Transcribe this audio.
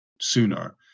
sooner